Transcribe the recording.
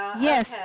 Yes